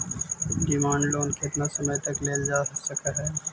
demand loan केतना समय तक लेल जा सकऽ हई